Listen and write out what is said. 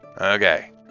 Okay